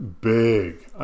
big